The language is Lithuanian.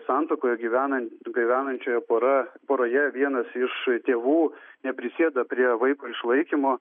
santuokoje gyvena gyvenančioji pora poroje vienas iš tėvų neprisideda prie vaiko išlaikymo